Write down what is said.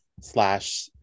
slash